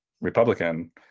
republican